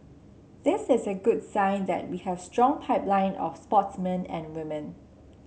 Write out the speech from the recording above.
this is a good sign that we have a strong pipeline of sportsmen and women